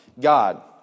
God